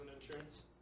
insurance